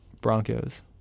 Broncos